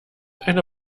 eine